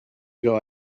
ago